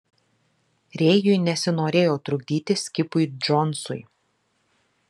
rėjui nesinorėjo trukdyti skipui džonsui